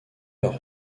leur